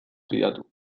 fidatu